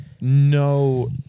No